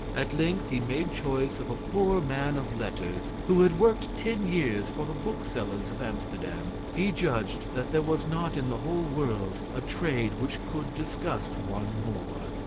at length he made choice of a poor man of letters, who had worked ten years for the booksellers of amsterdam. he judged that there was not in the whole world a trade which could disgust one more.